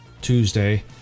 Tuesday